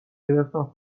گرفتم